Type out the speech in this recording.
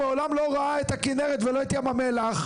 הוא מעולם לא ראה את הכנרת ולא את ים המלח.